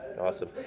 Awesome